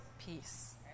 peace